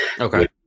Okay